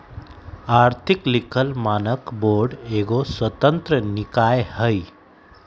आर्थिक लिखल मानक बोर्ड एगो स्वतंत्र निकाय हइ